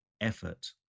effort